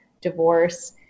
divorce